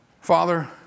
Father